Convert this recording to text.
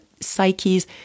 psyches